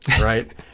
right